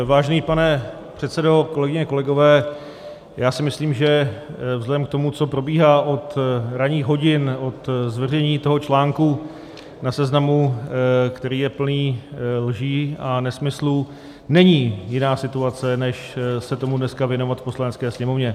Vážený pane předsedo, kolegyně, kolegové, já si myslím, že vzhledem k tomu, co probíhá od ranních hodin, od zveřejnění toho článku na Seznamu, který je plný lží a nesmyslů, není jiná situace, než se tomu dneska věnovat v Poslanecké sněmovně.